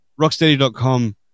rocksteady.com